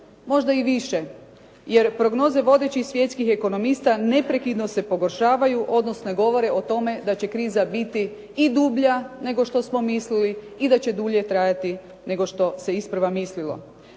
možda i više. Jer prognoze vodećih svjetskih ekonomista neprekidno se pogoršavaju odnosno govore o tome da će kriza biti i dublja nego što smo mislili i da će dulje trajati nego što se isprva mislilo.